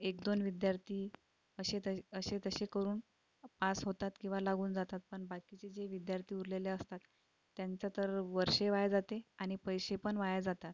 एक दोन विद्यार्थी असे त असे तसे करून पास होतात किंवा लागून जातात पण बाकीचे जे विद्यार्थी उरलेले असतात त्यांचा तर वर्ष वाया जाते आणि पैसे पण वाया जातात